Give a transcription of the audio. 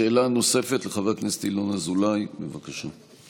שאלה נוספת לחבר הכנסת ינון אזולאי, בבקשה.